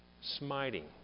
smiting